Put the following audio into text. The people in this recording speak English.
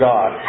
God